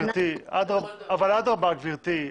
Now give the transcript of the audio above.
גברתי,